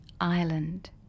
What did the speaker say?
ireland